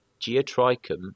Geotrichum